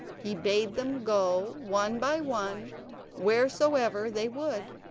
he bade them go one by one wheresoever they would,